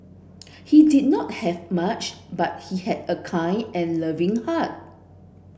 he did not have much but he had a kind and loving heart